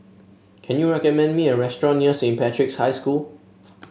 can you recommend me a restaurant near Saint Patrick's High School